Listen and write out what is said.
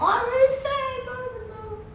!aww! very sad don't want to know